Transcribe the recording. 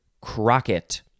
Crockett